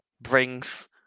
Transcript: brings